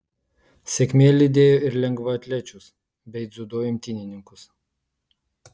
sėkmė lydėjo ir lengvaatlečius bei dziudo imtynininkus